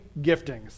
giftings